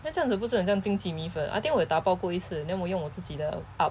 then 这样子是不是很像经济米粉 I think 我有 dabao 一次 then 我用我自己的 hup